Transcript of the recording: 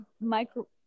Micro